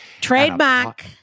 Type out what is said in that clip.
Trademark